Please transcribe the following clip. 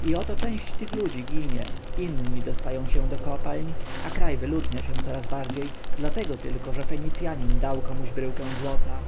i otóż część tych ludzi ginie inni dostają się do kopalń a kraj wyludnia się coraz bardziej dlatego tylko że fenicjanin dał komuś bryłkę złota